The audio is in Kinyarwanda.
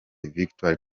victory